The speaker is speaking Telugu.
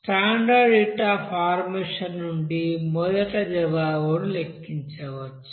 స్టాండర్డ్ హీట్ అఫ్ ఫార్మేషన్ నుండి మొదట జవాబును లెక్కించవచ్చు